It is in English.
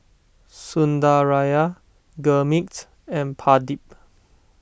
Sundaraiah Gurmeet and Pradip